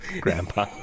Grandpa